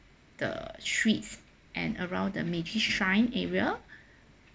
the streets and around the meiji shrine area